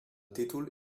títol